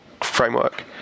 framework